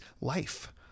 life